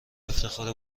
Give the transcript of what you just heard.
افتخار